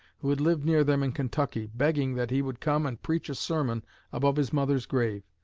who had lived near them in kentucky, begging that he would come and preach a sermon above his mother's grave,